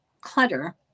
clutter